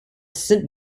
saint